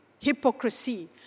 hypocrisy